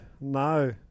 No